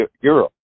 Europe